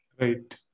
Right